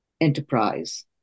enterprise